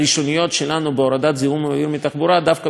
בהורדת זיהום אוויר מתחבורה דווקא במפרץ חיפה.